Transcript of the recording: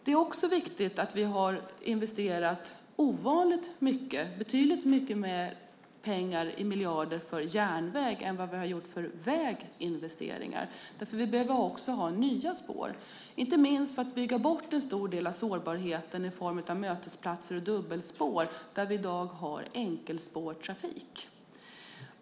Det är också viktigt att vi har investerat ovanligt mycket på järnväg - betydligt fler miljarder för järnväg än för väg - eftersom vi också behöver ha nya spår, inte minst för att bygga bort en stor del av sårbarheten genom mötesplatser och dubbelspår där vi i dag har trafik med enkelspår.